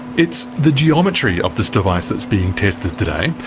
it's the geometry of this device that is being tested today.